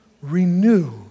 renew